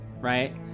right